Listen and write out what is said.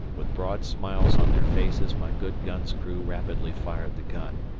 with broad smiles on their faces, my good gun's crew rapidly fired the gun,